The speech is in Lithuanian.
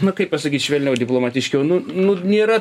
na kaip pasakyt švelniau diplomatiškiau nu nu nėra